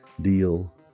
deal